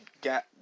got